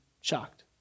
shocked